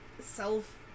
self